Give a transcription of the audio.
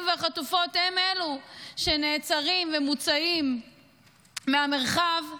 והחטופות הם אלו שנעצרים ומוצאים מהמרחב,